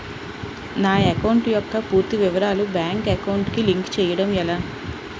నా అకౌంట్ యెక్క పూర్తి వివరాలు బ్యాంక్ అకౌంట్ కి లింక్ చేయడం ఎలా?